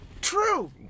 True